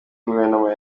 guverinoma